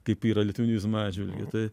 kaip yra litvinizmo atžvilgiu tai